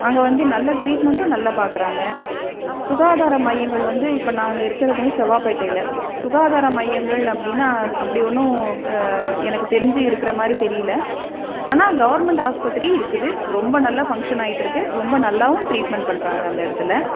அங்கே வந்து நல்ல ட்ரீட்மெண்ட்டும் நல்ல பார்க்குறாங்க சுகாதார மையங்கள் வந்து இப்போ நாங்கள் இருக்கிறதும் செவ்வாப்பேட்டையில் சுகாதார மையங்கள் அப்படின்னா அப்படி ஒன்றும் எனக்கு தெரிஞ்சு இருக்கிற மாதிரி தெரியல ஆனால் கவெர்மண்ட் ஆஸ்பத்திரி இருக்குது ரொம்ப நல்ல ஃபங்க்ஷன் ஆகிட்ருக்கு ரொம்ப நல்லாவும் ட்ரீட்மெண்ட் பண்ணுறாங்க அந்த இடத்துல